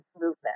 movement